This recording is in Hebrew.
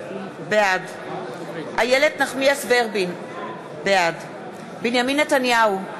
בעד איילת נחמיאס ורבין, בעד בנימין נתניהו,